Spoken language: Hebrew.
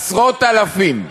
עשרות אלפים.